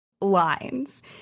lines